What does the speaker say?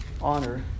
honor